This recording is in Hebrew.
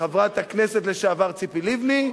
חברת הכנסת ציפי לבני,